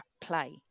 play